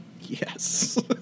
Yes